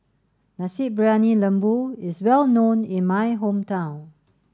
Nasi Briyani Lembu is well known in my hometown